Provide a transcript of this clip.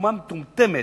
חוכמה מטומטמת,